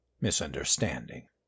misunderstanding